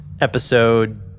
episode